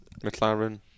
McLaren